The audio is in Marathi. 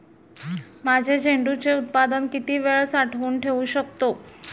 माझे झेंडूचे उत्पादन किती वेळ साठवून ठेवू शकतो?